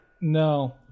No